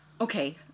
okay